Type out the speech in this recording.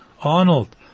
Arnold